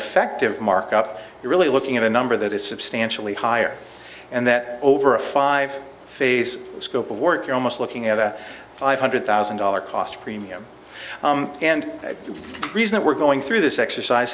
effective markup you're really looking at a number that is substantially higher and that over a five phase scope of work you're almost looking at a five hundred thousand dollar cost premium and the reason we're going through this exercise